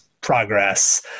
progress